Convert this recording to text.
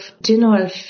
general